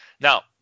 Now